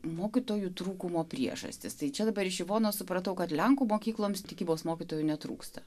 mokytojų trūkumo priežastys tai čia dabar iš ivonos supratau kad lenkų mokykloms tikybos mokytojų netrūksta